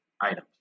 items